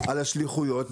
על השליחויות,